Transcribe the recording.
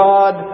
God